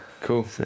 Cool